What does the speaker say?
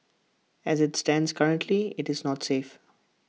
as IT stands currently IT is not safe